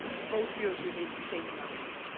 both years we made the same amount of money.